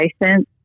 license